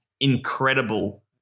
incredible